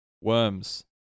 Worms